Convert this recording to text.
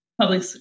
public